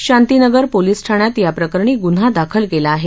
Shantinagar police ठाण्यात याप्रकरणी गुन्हा दाखल केला आहे